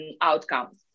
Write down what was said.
outcomes